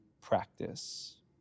practice